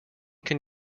can